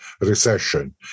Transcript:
recession